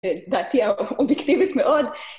דעתי האובייקטיבית מאוד